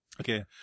okay